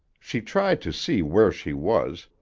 she tried to see where she was,